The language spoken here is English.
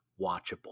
watchable